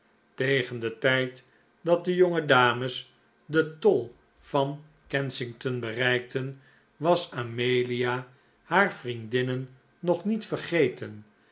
tegen den tijd dat de jonge dames den tol van kensington bereikten was amelia haar vriendinnen nog niet vergeten